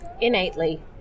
innately